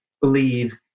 believe